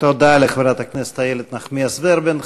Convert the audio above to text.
תודה לחברת הכנסת איילת נחמיאס ורבין.